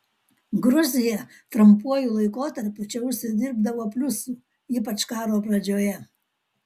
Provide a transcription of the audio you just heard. gruzija trumpuoju laikotarpiu čia užsidirbdavo pliusų ypač karo pradžioje